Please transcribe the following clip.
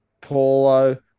Paulo